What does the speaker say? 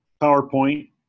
PowerPoint